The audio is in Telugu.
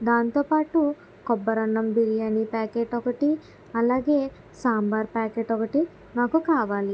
దాంతోపాటు కొబ్బరి అన్నం బిర్యానీ ప్యాకెట్ ఒకటి అలాగే సాంబార్ ప్యాకెట్ ఒకటి మాకు కావాలి